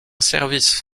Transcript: service